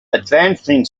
advancing